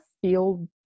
feel